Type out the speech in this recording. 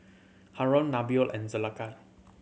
Haron Nabil and Zulaikha